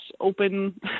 open